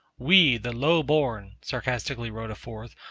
we, the low-born sarcastically wrote a fourth,